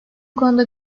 konuda